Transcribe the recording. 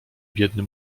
biedny